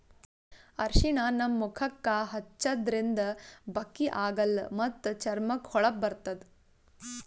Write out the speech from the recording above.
ಅರ್ಷಿಣ ನಮ್ ಮುಖಕ್ಕಾ ಹಚ್ಚದ್ರಿನ್ದ ಬಕ್ಕಿ ಆಗಲ್ಲ ಮತ್ತ್ ಚರ್ಮಕ್ಕ್ ಹೊಳಪ ಬರ್ತದ್